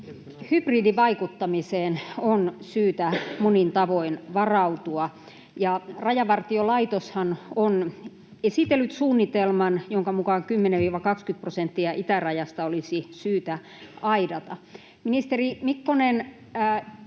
Hybridivaikuttamiseen on syytä monin tavoin varautua, ja Rajavartiolaitoshan on esitellyt suunnitelman, jonka mukaan 10—20 prosenttia itärajasta olisi syytä aidata. Ministeri Mikkonen